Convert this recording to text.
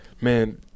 man